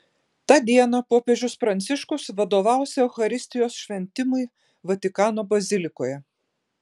tą dieną popiežius pranciškus vadovaus eucharistijos šventimui vatikano bazilikoje